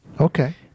okay